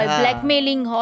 blackmailing